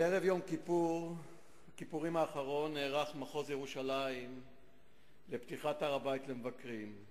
בערב יום כיפורים האחרון נערך מחוז ירושלים לפתיחת הר-הבית למבקרים.